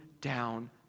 down